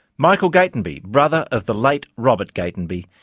michael gatenby, brother of the late robert gatenby,